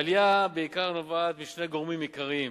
העלייה נובעת בעיקר משני גורמים עיקריים: